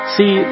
See